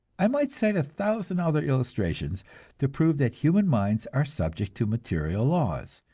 i might cite a thousand other illustrations to prove that human minds are subject to material laws,